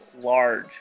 large